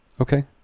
Okay